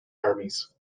armies